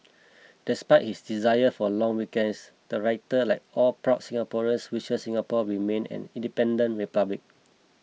despite his desire for long weekends the writer like all proud Singaporeans wishes Singapore remain an independent republic